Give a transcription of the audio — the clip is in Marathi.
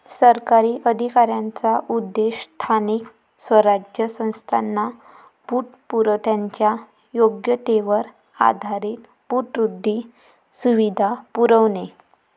सरकारी अधिकाऱ्यांचा उद्देश स्थानिक स्वराज्य संस्थांना पतपुरवठ्याच्या योग्यतेवर आधारित पतवृद्धी सुविधा पुरवणे